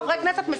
חברי הכנסת,